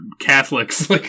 catholics